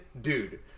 Dude